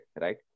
right